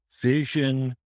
vision